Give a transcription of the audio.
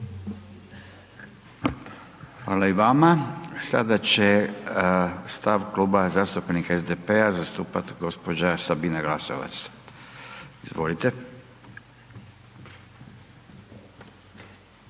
Hvala i vama. Sada će stav Kluba zastupnika SDP-a zastupati gospođa Sabina Glasovac. Izvolite.